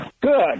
Good